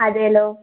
അതേലോ